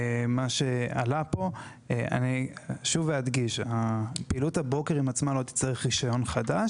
אני אשוב ואדגיש: פעילות הברוקרים עצמה לא תצטרך רישיון חדש,